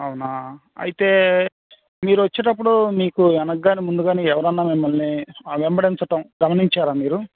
అవునా అయితే మీరు వచ్చేటప్పుడు మీకు వెనకగానీ ముందుగానీ ఎవరైనా మిమ్మల్ని వెంబడించటం గమనించారా మీరు